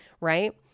right